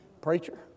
Preacher